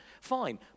Fine